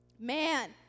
Man